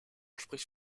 spricht